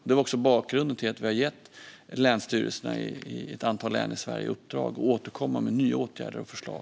Det är bakgrunden till att vi har gett länsstyrelserna i ett antal län i Sverige i uppdrag att återkomma med nya åtgärder och förslag.